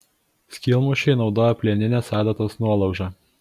skylmušiui naudojo plieninės adatos nuolaužą